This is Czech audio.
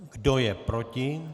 Kdo je proti?